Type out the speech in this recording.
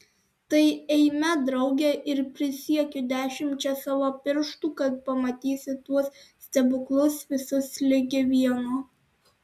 tai eime drauge ir prisiekiu dešimčia savo pirštų kad pamatysi tuos stebuklus visus ligi vieno